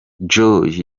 joy